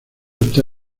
está